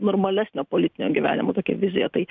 normalesnio politinio gyvenimo tokią viziją tai